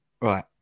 Right